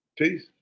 Peace